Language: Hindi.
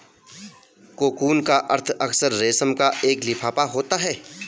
कोकून का अर्थ अक्सर रेशम का एक लिफाफा होता है